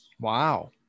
Wow